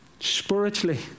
Spiritually